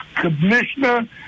Commissioner